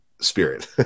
spirit